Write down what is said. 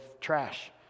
trash